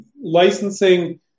licensing